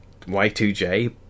Y2J